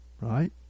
Right